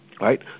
right